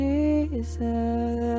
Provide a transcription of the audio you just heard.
Jesus